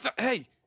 hey